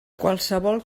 qualsevol